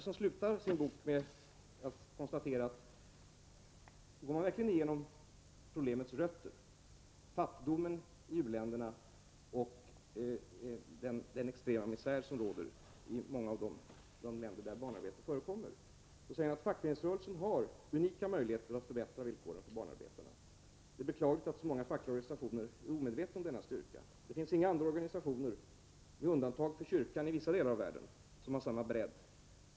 Om man verkligen går igenom problemets rötter — fattigdomen i uländerna och den extrema misär som råder i många av de länder där barnarbete förekommer — konstaterar Majgull Axelsson följande i slutet av sin bok: ”Fackföreningsrörelsen har nämligen unika möjligheter att förbättra villkoren för barnarbetarna. Det är beklagligt att så många fackliga organisationer är omedvetna om denna styrka. Det finns inga andra organisationer — med undantag för kyrkan i vissa delar av världen — som har samma bredd.